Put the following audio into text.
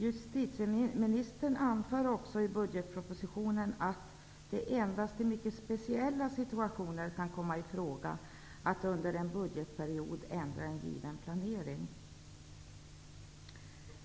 Justitieministern anför i budgetpropositionen att det endast i mycket speciella situationer kan komma i fråga att under en budgetperiod ändra en given planering.